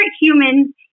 humans